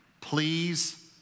please